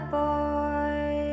boy